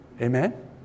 Amen